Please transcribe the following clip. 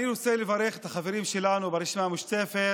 אני רוצה לברך את החברים שלנו ברשימה המשותפת,